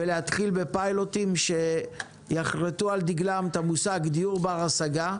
ולהתחיל בפיילוט שיחרטו על דגלם את המושג דיור בר השגה.